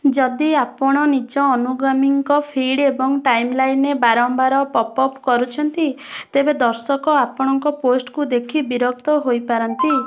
ଯଦି ଆପଣ ନିଜ ଅନୁଗାମୀଙ୍କ ଫିଡ଼ ଏବଂ ଟାଇମଲାଇନରେ ବାରମ୍ବାର ପପ୍ ଅପ୍ କରୁଛନ୍ତି ତେବେ ଦର୍ଶକ ଆପଣଙ୍କ ପୋଷ୍ଟକୁ ଦେଖି ବିରକ୍ତ ହୋଇପାରନ୍ତି